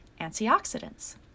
antioxidants